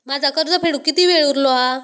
माझा कर्ज फेडुक किती वेळ उरलो हा?